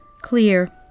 Clear